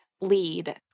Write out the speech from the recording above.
lead